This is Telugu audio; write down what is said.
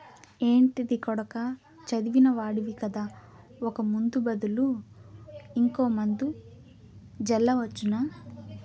ఏంటిది కొడకా చదివిన వాడివి కదా ఒక ముందు బదులు ఇంకో మందు జల్లవచ్చునా